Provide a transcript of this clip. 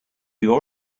your